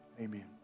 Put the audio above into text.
amen